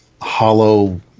hollow